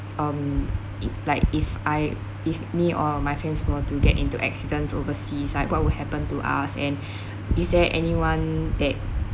um it like if I if me or my friends were to get into accidents overseas like what will happen to us and is there anyone that